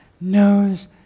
knows